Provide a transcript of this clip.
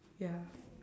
ya